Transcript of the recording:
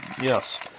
Yes